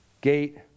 gate